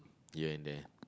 here and there